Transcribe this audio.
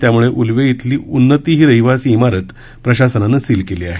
त्याम्ळे उलवे इथली उन्नती ही रहिवासी इमारत प्रशासनानं सील केली आहे